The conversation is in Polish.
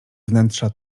wnętrza